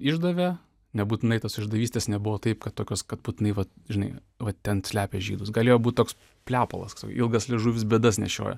išdavė nebūtinai tos išdavystės nebuvo taip kad tokios kad būtinai vat žinai va ten slepia žydus galėjo būti toks plepalas ilgas liežuvis bėdas nešioja